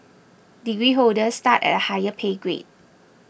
degree holders start at a higher pay grade